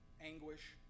anguish